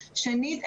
שנית,